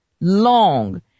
long